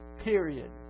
period